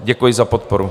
Děkuji za podporu.